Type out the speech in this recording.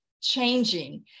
changing